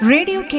Radio